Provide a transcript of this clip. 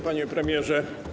Panie Premierze!